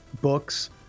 books